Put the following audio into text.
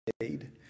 made